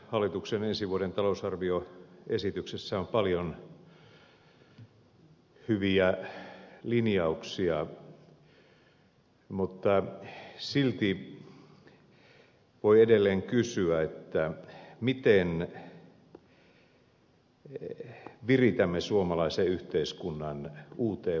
hallituksen ensi vuoden talousarvioesityksessä on paljon hyviä linjauksia mutta silti voi edelleen kysyä miten viritämme suomalaisen yhteiskunnan uuteen vahvaan nousuun